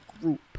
group